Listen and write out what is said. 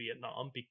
Vietnam